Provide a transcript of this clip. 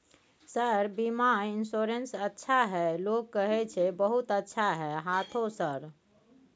Sir बीमा insurance अच्छा है लोग कहै छै बहुत अच्छा है हाँथो सर?